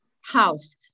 house